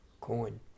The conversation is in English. Coin